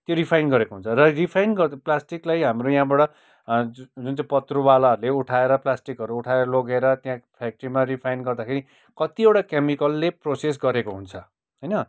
त्यो रिफाइन गरेको हुन्छ र रिफाइन गर्दा प्लास्टिकलाई हाम्रो यहाँबाट जुन चाहिँ पत्रुवालाहरूले उठाएर प्लास्टिकहरू उठाएर लगेर त्या फ्याक्ट्रीमा रिफाइन गर्दाखेरि कतिवटा केमिकलले प्रोसेस गरेको हुन्छ होइन